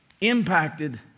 impacted